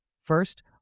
First